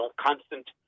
constant